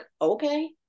okay